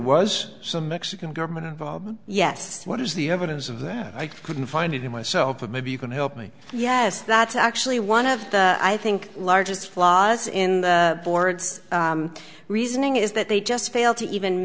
was some mexican government involved yes what is the evidence of that i couldn't find it in myself of maybe you can help me yes that's actually one of the i think largest flaws in the board's reasoning is that they just fail to even